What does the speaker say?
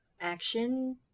action